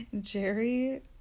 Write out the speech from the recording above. Jerry